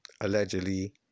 allegedly